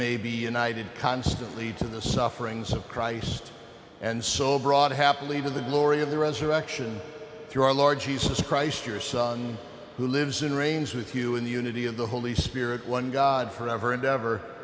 may be united constantly to the sufferings of christ and so brought happily to the glory of the resurrection through our large jesus christ your son who lives in reigns with you in the unity of the holy spirit one god forever and